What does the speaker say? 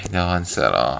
哎你好 answer 了